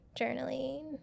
journaling